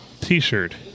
t-shirt